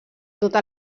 tota